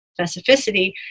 specificity